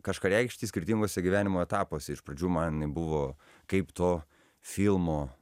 kažką reikšti skirtinguose gyvenimo etapuose iš pradžių man jinai buvo kaip to filmo